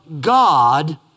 God